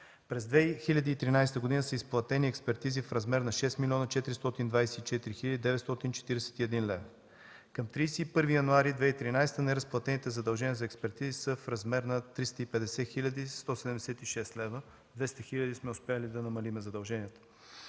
През 2013 г. са изплатени експертизи в размер на 6 млн. 424 хил. 941 лв. Към 31 януари 2013 г. неразплатените задължения за експертизи са в размер на 350 хил. 176 лв. – с 200 хиляди сме успели да намалим задълженията.